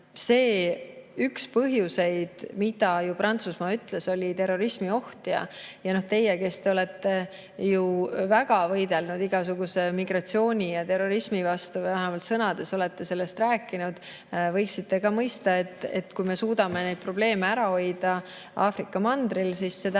Üks põhjuseid, mis Prantsusmaa ütles, oli terrorismioht ja teie, kes te olete ju väga võidelnud igasuguse migratsiooni ja terrorismi vastu või vähemalt olete sellest rääkinud, võiksite mõista, et kui me suudame neid probleeme ära hoida Aafrika mandril, siis see tähendab